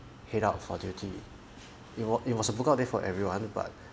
head out for duty it was it was a book out day for everyone but